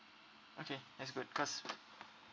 okay that's good cause